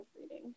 reading